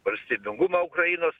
valstybingumą ukrainos